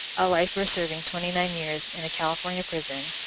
a lifer serving twenty nine years in a california prison,